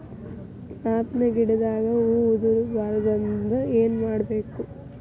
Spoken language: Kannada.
ಮಾವಿನ ಗಿಡದಾಗ ಹೂವು ಉದುರು ಬಾರದಂದ್ರ ಏನು ಮಾಡಬೇಕು?